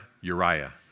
Uriah